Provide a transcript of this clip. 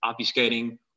obfuscating